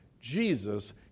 Jesus